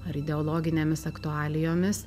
ar ideologinėmis aktualijomis